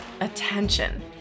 attention